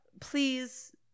please